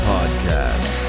Podcast